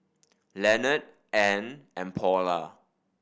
Leonard Ann and Paula